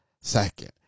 second